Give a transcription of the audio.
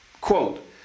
Quote